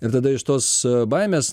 ir tada iš tos baimės